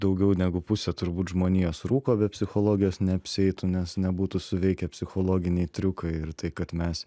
daugiau negu pusė turbūt žmonijos rūko be psichologijos neapsieitų nes nebūtų suveikę psichologiniai triukai ir tai kad mes